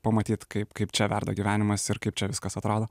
pamatyt kaip kaip čia verda gyvenimas ir kaip čia viskas atrodo